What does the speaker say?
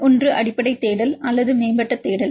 ஒன்று அடிப்படை தேடல் அல்லது மேம்பட்ட தேடல்